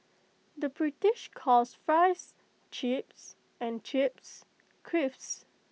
the British calls Fries Chips and Chips Crisps